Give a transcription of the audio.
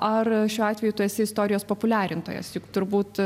ar šiuo atveju tu esi istorijos populiarintojas juk turbūt